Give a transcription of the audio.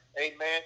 amen